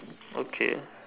okay